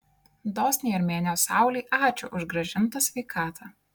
dosniai armėnijos saulei ačiū už grąžintą sveikatą